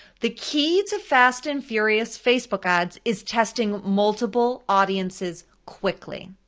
the key to fast and furious facebook ads is testing multiple audiences quickly,